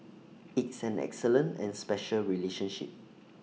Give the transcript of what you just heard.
it's an excellent and special relationship